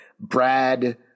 Brad